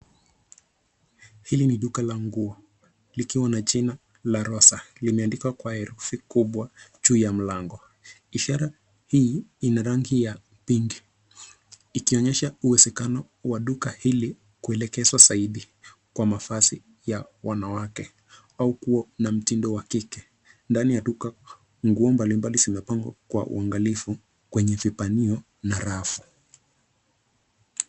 Hili ni duka la nguo likiwa na jina La Rosa limeandikwa kwa herufi kubwa juu ya mlango. Ishara hii ina rangi ya pinki ikionyesha uwezekano wa duka hili kuelekezwa zaidi kwa mavazi ya wanawake au kuwa na mtindo wa kike. Ndani ya duka nguo mbalimbali zimepangwa kwa uangalifu kwenye vibanio na rafu.